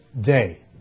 day